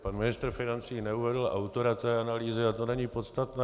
Pan ministr financí neuvedl autora té analýzy, a to není podstatné.